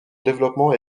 développement